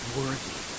worthy